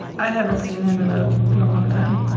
i haven't seen him in a long time.